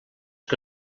que